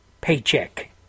paycheck